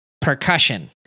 percussion